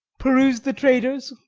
peruse the traders,